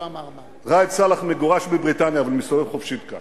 ראאד סלאח מגורש בבריטניה אבל מסתובב חופשי כאן.